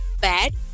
bad